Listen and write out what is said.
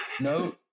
No